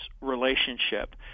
relationship